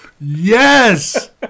Yes